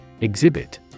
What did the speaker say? Exhibit